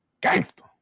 gangster